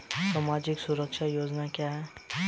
सामाजिक सुरक्षा योजना क्या है?